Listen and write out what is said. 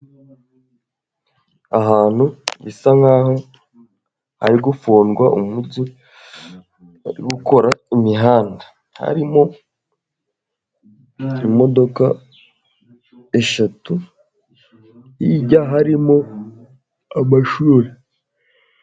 Ahantu bisa nkaho hari gufungwa umunsi wo gukora imihanda, harimo imodoka eshatu hirya harimo amashuri.